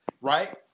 right